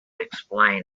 explain